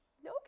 Okay